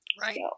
Right